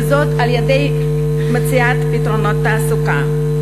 וזאת על-ידי מציאת פתרונות תעסוקה,